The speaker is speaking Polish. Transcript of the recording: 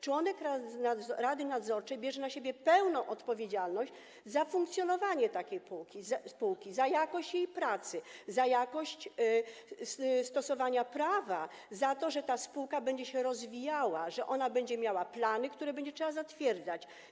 Członek rady nadzorczej bierze na siebie pełną odpowiedzialność za funkcjonowanie spółki, za jakość jej pracy, za jakość stosowania prawa, za to, że ta spółka będzie się rozwijała, że ona będzie miała plany, które będzie trzeba zatwierdzać.